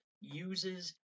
uses